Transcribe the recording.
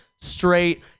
straight